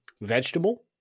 vegetable